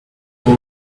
over